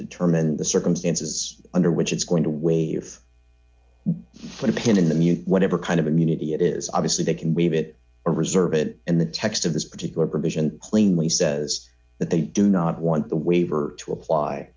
determine the circumstances under which it's going to waive puttin in them you whatever kind of immunity it is obviously they can waive it or reserve it and the text of this particular provision plainly says that they do not want the waiver to apply